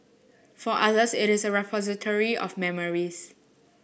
for others it is a repository of memories